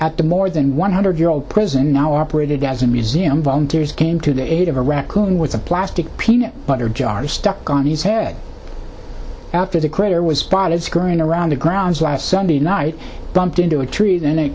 at the more than one hundred year old prison now operated as a museum volunteers came to the aid of a raccoon with a plastic peanut butter jar stuck on his head after the crater was spotted scurrying around the grounds last sunday night bumped into a tree then